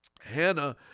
Hannah